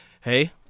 hey